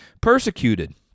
persecuted